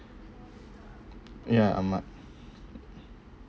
ya ahmad